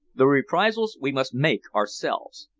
the reprisals we must make ourselves.